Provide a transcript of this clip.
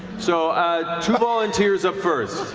so two volunteers up first.